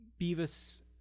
Beavis